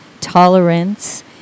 tolerance